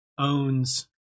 owns